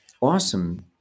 awesome